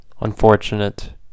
unfortunate